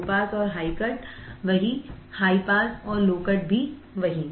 लो pass और high cut वही high pass low cut भी वही